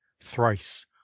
thrice